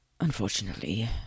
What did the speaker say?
Unfortunately